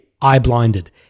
eye-blinded